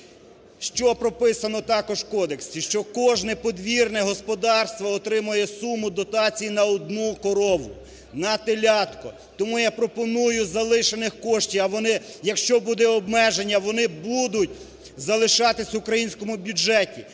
що прописано також в кодексі. Що кожне подвірне господарство отримає суму дотації на одну корову, на телятко. Тому я пропоную із залишених коштів, а вони, якщо буде обмеження, вони будуть залишатись в українському бюджеті,